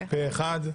הצבעה אושר.